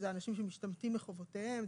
שזה אנשים שמשתמטים מחובותיהם.